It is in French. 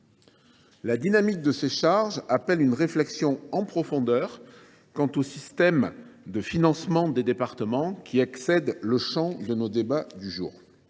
La dynamique de ces charges appelle une réflexion en profondeur quant au système de financement des départements, qui excède le champ de nos débats de ce jour.